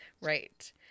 right